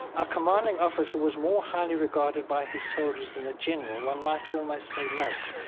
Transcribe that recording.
our commanding officer was more highly regarded by his soldiers than the general, one might almost say, loved.